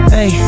Hey